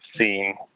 seen